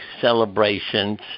celebrations